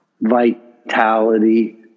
vitality